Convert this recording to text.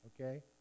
Okay